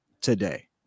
today